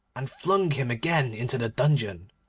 and flung him again into the dungeon.